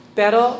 pero